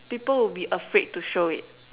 people will be afraid to show it